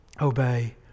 obey